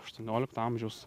aštuoniolikto amžiaus